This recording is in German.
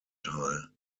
teil